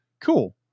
Cool